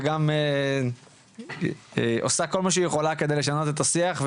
וגם עושה כל מה שהיא יכולה כדי לשנות את השיח,